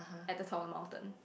at the top of the mountain